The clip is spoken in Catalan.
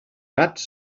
gats